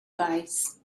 guys